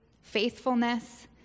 faithfulness